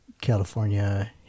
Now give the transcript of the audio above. California